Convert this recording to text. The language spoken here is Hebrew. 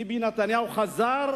ביבי נתניהו חזר